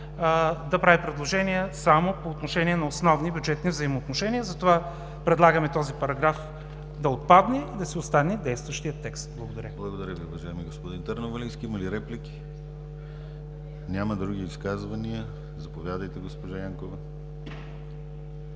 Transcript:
да прави предложения само по отношение на основни бюджетни взаимоотношения. Затова предлагаме този параграф да отпадне и да си остане действащият текст. Благодаря. ПРЕДСЕДАТЕЛ ДИМИТЪР ГЛАВЧЕВ: Благодаря, уважаеми господин Търновалийски. Има ли реплики? Няма. Други изказвания? Заповядайте, госпожо Янкова.